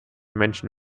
menschen